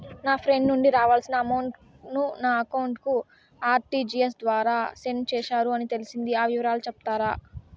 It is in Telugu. నా ఫ్రెండ్ నుండి రావాల్సిన అమౌంట్ ను నా అకౌంట్ కు ఆర్టిజియస్ ద్వారా సెండ్ చేశారు అని తెలిసింది, ఆ వివరాలు సెప్తారా?